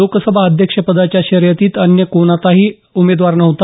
लोकसभा अध्यक्षपदाच्या शर्यतीत अन्य कोणताही उमेदवार नव्हता